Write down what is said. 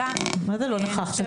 מה זה לא נכחתם?